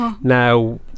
now